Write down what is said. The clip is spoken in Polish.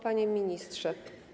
Panie Ministrze!